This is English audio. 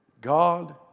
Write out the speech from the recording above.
God